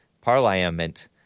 Parliament